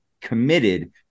committed